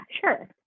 sure